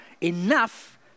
enough